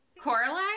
Coraline